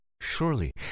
Surely